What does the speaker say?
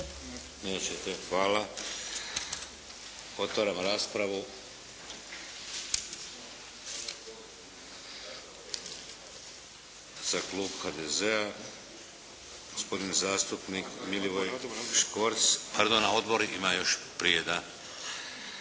Nećete? Hvala. Otvaram raspravu. Za klub HDZ-a gospodin zastupnik Milivoj Škvorc. Pardon, odbor ima još prije. Da.